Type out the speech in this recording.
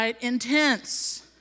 intense